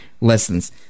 lessons